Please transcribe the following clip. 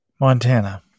Montana